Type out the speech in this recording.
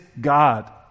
God